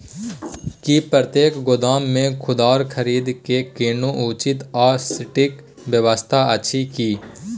की प्रतेक गोदाम मे खुदरा खरीद के कोनो उचित आ सटिक व्यवस्था अछि की?